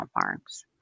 Farms